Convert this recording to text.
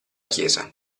chiesa